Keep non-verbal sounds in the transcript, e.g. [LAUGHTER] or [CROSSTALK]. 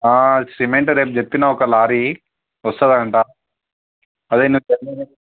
cement రేపు చెప్పిన ఒక లారీ వస్తుందంటా అదే [UNINTELLIGIBLE]